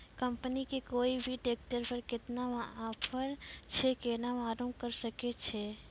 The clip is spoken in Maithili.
कंपनी के कोय भी ट्रेक्टर पर केतना ऑफर छै केना मालूम करऽ सके छियै?